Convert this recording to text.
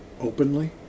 openly